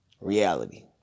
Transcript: reality